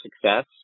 success